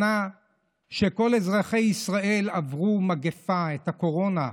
שנה שבה שכל אזרחי ישראל עברו מגפה, את הקורונה,